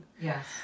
Yes